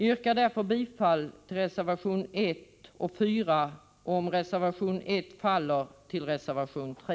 Jag yrkar bifall till reservationerna 1 och 4 och — om reservation 1 inte vinner majoritet — bifall till reservation 3.